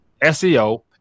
SEO